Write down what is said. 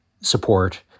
support